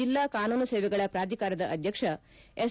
ಜಿಲ್ಲಾ ಕಾನೂನು ಸೇವೆಗಳ ಪ್ರಾಧಿಕಾರದ ಅಧ್ಯಕ್ಷ ಎಸ್